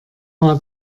war